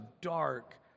dark